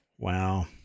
Wow